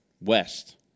West